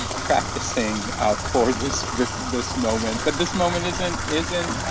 practicing for this this moment. but this moment isn't isn't